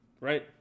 Right